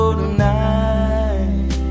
tonight